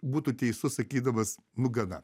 būtų teisus sakydamas nu gana